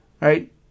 right